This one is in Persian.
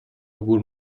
عبور